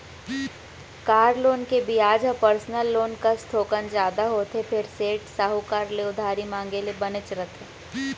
car loan के बियाज ह पर्सनल लोन कस थोकन जादा होथे फेर सेठ, साहूकार ले उधारी मांगे ले बनेच रथे